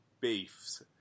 beefs